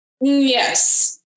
Yes